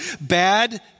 bad